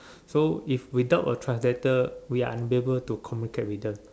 so if we talk with translator we are unable to communicate with them